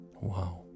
Wow